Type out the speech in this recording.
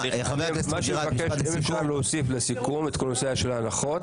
אי-אפשר להשאיר את זה על השולחן.